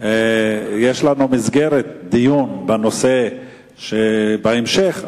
יש לנו מסגרת דיון בנושא בהמשך,